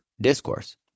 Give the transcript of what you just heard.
discourse